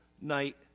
night